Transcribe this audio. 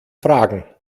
fragen